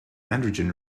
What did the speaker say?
androgen